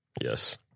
Yes